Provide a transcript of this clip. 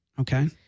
Okay